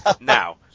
Now